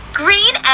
green